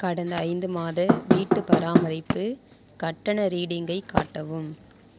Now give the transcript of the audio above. கடந்த ஐந்து மாத வீட்டுப் பராமரிப்பு கட்டண ரீடிங்கை காட்டவும்